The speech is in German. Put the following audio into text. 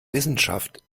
wissenschaft